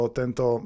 tento